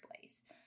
place